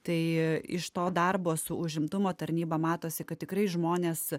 tai iš to darbo su užimtumo tarnyba matosi kad tikrai žmonės